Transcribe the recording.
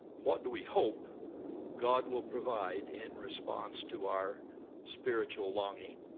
what do we hope god will provide in response to our spiritual longing?